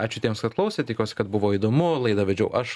ačiū tiems kad klausėt tikiuosi kad buvo įdomu laidą vedžiau aš